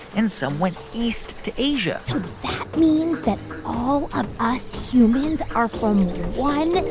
and some went east to asia so that means that all of us humans are from one,